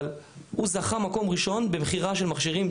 אבל הוא זכה מקום ראשון במכירה של מכשירים,